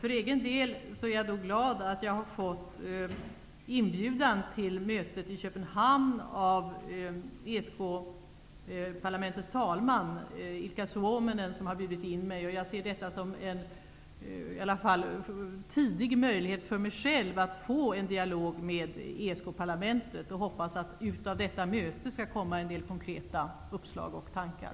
Jag är glad över att jag har fått inbjudan till mötet i Suominen. Jag ser detta som en tidig möjlighet för mig själv att få till stånd en dialog med ESK parlamentet, och jag hoppas att det vid detta möte skall uppkomma en del konkreta uppslag och tankar.